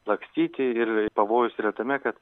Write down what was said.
lakstyti ir pavojus yra tame kad